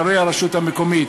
קרי הרשות המקומית.